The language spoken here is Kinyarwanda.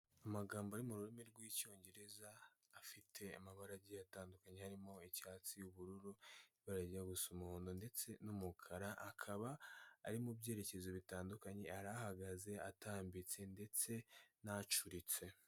Amagambo ari mu rurimi rw'Icyongereza, afite amabara agiye atandukanye, harimo icyatsi, ubururu, ibara rijya gusa umuhondo ndetse n'umukara, akaba ari mu byerekezo bitandukanye, hari ahagaze, atambitse ndetse n'acuritse.